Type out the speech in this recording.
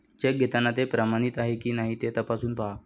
check घेताना ते प्रमाणित आहे की नाही ते तपासून पाहा